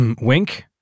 Wink